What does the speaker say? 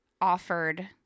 offered